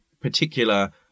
particular